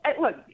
look